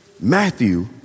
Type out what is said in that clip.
Matthew